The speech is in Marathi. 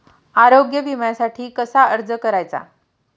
आरोग्य विम्यासाठी कसा अर्ज करायचा?